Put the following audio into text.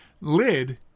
lid